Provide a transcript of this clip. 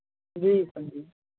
जी Pandit जी